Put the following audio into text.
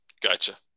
gotcha